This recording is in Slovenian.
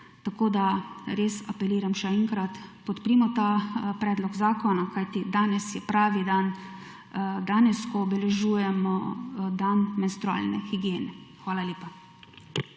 Tako, da res apeliram še enkrat podprimo ta predlog zakona, kajti danes je pravi dan, danes, ko obeležujemo dan menstrualne higiene. Hvala lepa.